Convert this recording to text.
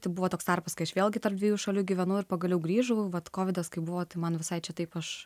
tai buvo toks tarpas kai aš vėlgi tarp dviejų šalių gyvenau ir pagaliau grįžau vat kovidas kai buvo tai man visai čia taip aš